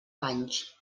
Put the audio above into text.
banys